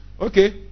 Okay